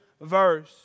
verse